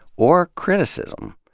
or criticism.